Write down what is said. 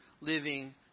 living